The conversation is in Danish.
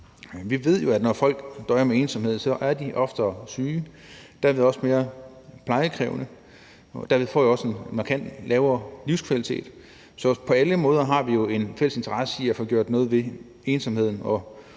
Vi ved jo, at når folk døjer med ensomhed, er de oftere syge og derved også mere plejekrævende, og derved får de også en markant lavere livskvalitet. Så på alle måder har vi jo en fælles interesse i at få gjort noget ved ensomheden, og